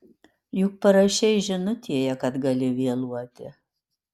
juk parašei žinutėje kad gali vėluoti